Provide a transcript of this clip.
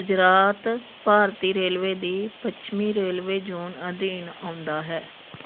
ਗੁਜਰਾਤ ਭਾਰਤੀ ਰੇਲਵੇ ਦੀ ਪੱਛਮੀ ਰੇਲਵੇ ਜ਼ੋਨ ਅਧੀਨ ਆਉਂਦਾ ਹੈ